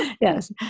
Yes